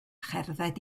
cherdded